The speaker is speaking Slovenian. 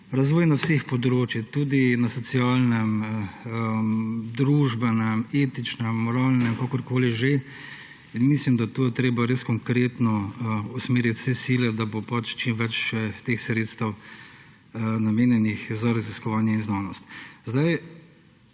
razvoj na vseh področjih, tudi na socialnem, družbenem, etičnem, moralnem, kakorkoli že. Mislim, da je treba res konkretno usmeriti vse sile, da bo čim več teh sredstev namenjenih za raziskovanje in znanost.